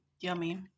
yummy